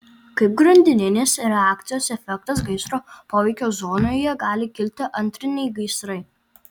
kaip grandininės reakcijos efektas gaisro poveikio zonoje gali kilti antriniai gaisrai